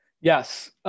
Yes